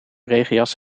regenjas